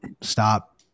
stop